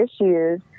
issues